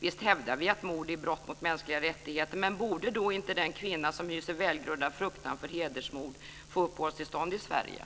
Visst hävdar vi att mord är brott mot mänskliga rättigheter, men borde då inte den kvinna som hyser välgrundad fruktan för hedersmord få uppehållstillstånd i Sverige?